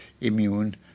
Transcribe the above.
immune